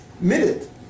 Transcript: minute